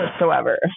whatsoever